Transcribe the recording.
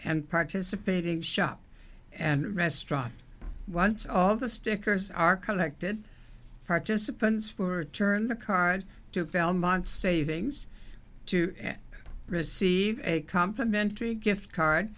and participating shop and restaurant once all the stickers are collected participants were turned the card to belmont savings to receive a complimentary gift card